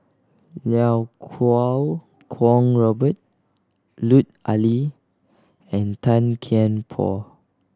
Iau Kuo Kwong Robert Lut Ali and Tan Kian Por